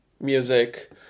music